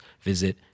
visit